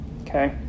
Okay